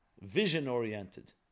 vision-oriented